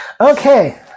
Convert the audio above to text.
Okay